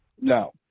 No